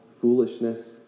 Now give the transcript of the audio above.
foolishness